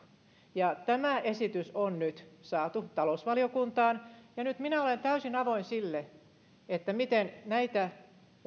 tämä esitys on nyt saatu talousvaliokuntaan ja nyt minä olen täysin avoin sille miten näitä